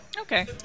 Okay